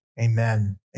Amen